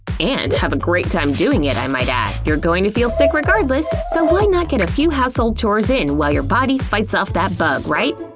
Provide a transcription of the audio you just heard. and have a great time doing it, i might add. you're going to feel sick regardless, so why not get a few household chores in while your body fights off that bug, right?